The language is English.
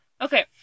Okay